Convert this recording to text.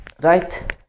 right